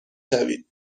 شوید